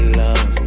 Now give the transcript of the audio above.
love